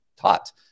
taught